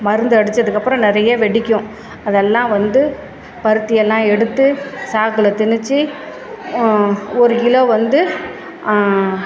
மருந்தடிச்சதுக்கப்புறம் நிறைய வெடிக்கும் அதெல்லாம் வந்து பருத்தியெல்லாம் எடுத்து சாக்கில் திணித்து ஒரு கிலோ வந்து